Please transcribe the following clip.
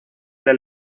del